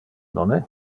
nonne